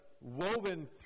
woven